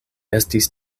estis